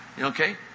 Okay